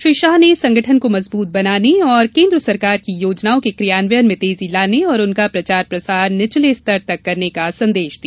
श्री शाह ने संगठन को मजबूत बनाने और केंद्र सरकार की योजनाओ के कियान्वयन में तेजी लाने और उनका प्रचार प्रसार निचले स्तर तक करने का संदेश दिया